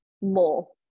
more